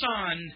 Son